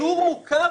הקנטור הוכר